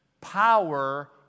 power